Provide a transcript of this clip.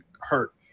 hurt